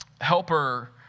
Helper